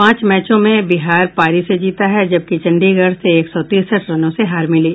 पांच मैचों में बिहार पारी से जीता है जबकि चंडीगढ़ से एक सौ तिरसठ रनों से हार मिली